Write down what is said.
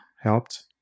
helped